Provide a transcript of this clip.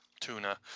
tuna